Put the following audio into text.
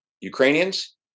Ukrainians